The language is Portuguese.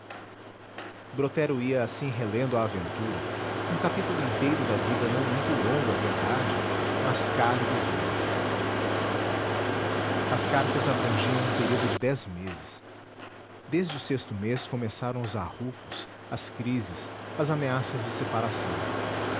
brotero ia assim relendo a aventura um capítulo inteiro da vida não muito longo é verdade mas cálido e vivo as cartas abrangiam um período de dez meses desde o sexto mês começaram os arrufos as crises as ameaças de separação